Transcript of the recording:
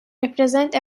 represents